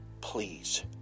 please